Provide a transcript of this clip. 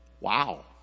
Wow